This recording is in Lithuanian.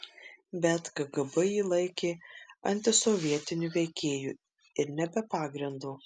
bet kgb jį laikė antisovietiniu veikėju ir ne be pagrindo